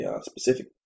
specific